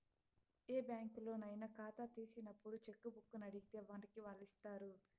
ఏ బ్యాంకులోనయినా కాతా తీసినప్పుడు చెక్కుబుక్కునడిగితే మనకి వాల్లిస్తారు